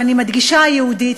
ואני מדגישה "היהודית",